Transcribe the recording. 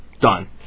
Done